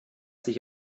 sich